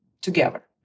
together